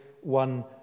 one